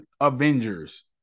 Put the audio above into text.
Avengers